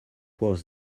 was